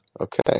Okay